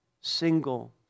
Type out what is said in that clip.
single